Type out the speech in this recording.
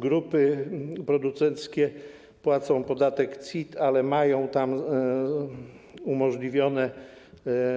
Grupy producenckie płacą podatek CIT, ale mają tam umożliwione